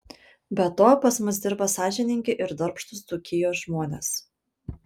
be to pas mus dirba sąžiningi ir darbštūs dzūkijos žmonės